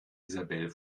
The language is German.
isabel